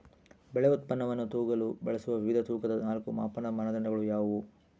ಬೆಳೆ ಉತ್ಪನ್ನವನ್ನು ತೂಗಲು ಬಳಸುವ ವಿವಿಧ ತೂಕದ ನಾಲ್ಕು ಮಾಪನದ ಮಾನದಂಡಗಳು ಯಾವುವು?